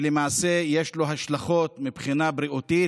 שלמעשה יש לו השלכות מבחינה בריאותית,